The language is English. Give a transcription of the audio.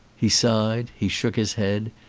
he sighed, he shook his head,